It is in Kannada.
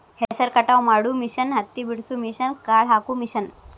ಹೆಸರ ಕಟಾವ ಮಾಡು ಮಿಷನ್ ಹತ್ತಿ ಬಿಡಸು ಮಿಷನ್, ಕಾಳ ಹಾಕು ಮಿಷನ್